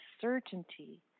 certainty